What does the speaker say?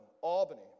Albany